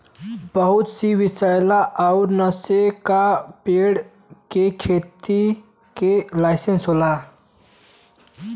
बहुत सी विसैला अउर नसे का पेड़ के खेती के लाइसेंस होला